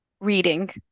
Reading